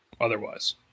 Otherwise